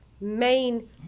main